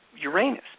Uranus